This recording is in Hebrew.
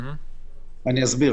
אסביר.